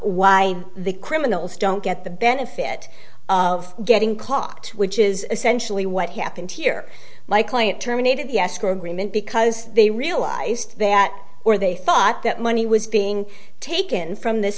why the criminals don't get the benefit of getting caught which is essentially what happened here my client terminated the escrow agreement because they realized that or they thought that money was being taken from this